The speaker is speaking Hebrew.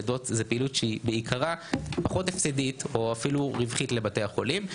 לידות זו פעילות שהיא בעיקרה פחות הפסדית או אפילו רווחית לבתי החולים.